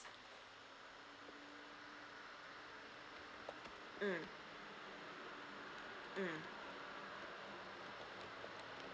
mm mm